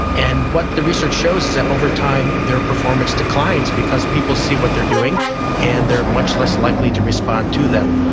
and what the research shows is that over time their performance declines because people see what they're doing and they're much less likely to respond to them.